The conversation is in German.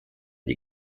die